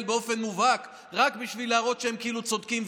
באופן מובהק רק בשביל להראות שהם כאילו צודקים.